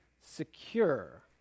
secure